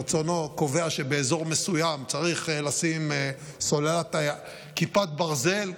ברצונו קובע שבאזור מסוים צריך לשים סוללת כיפת ברזל,